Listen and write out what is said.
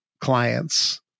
clients